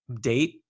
date